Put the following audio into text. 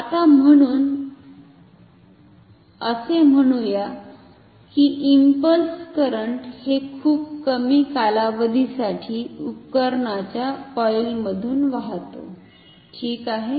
आता म्हणुया की इंपंल्स करंट हे खूप कमी कालावधीसाठी उपकरणाच्या कॉइलमधून वाहतो ठीक आहे